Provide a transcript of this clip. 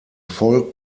folk